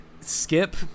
Skip